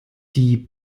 die